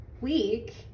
week